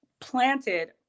planted